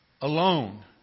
alone